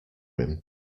him